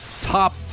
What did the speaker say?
top